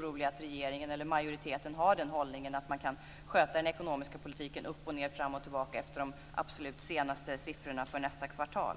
Det är oroande att regeringen eller majoriteten har hållningen att man kan sköta den ekonomiska politiken upp och ned och fram och tillbaka efter de absolut senaste siffrorna för nästa kvartal.